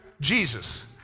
Jesus